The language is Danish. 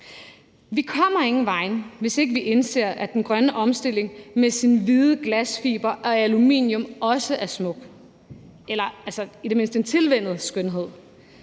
Vi kommer ingen vegne, hvis ikke vi indser, at den grønne omstilling med sin hvide glasfiber og aluminium også er smuk eller i det mindste en tilvænnet skønhed.